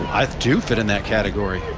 i do fit in that category.